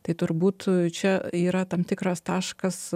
tai turbūt čia yra tam tikras taškas